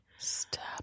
Stop